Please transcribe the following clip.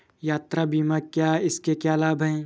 यात्रा बीमा क्या है इसके क्या लाभ हैं?